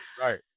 right